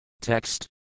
Text